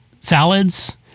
salads